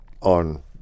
on